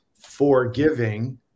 forgiving